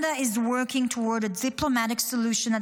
Canada is working toward a diplomatic solution that